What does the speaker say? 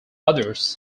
others